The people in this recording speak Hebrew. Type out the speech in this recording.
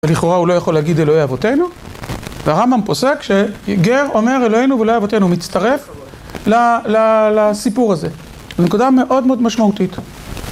ולכאורה הוא לא יכול להגיד אלוהי אבותינו והרמב״ם פוסק שגר אומר אלוהינו ואלוהי אבותינו הוא מצטרף לסיפור הזה זה נקודה מאוד מאוד משמעותית